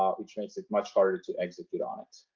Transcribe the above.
um which makes it much harder to execute on it.